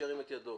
ירים את ידו.